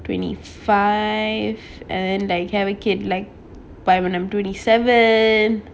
twenty five and they have a kid like by when I'm twenty seven